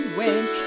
went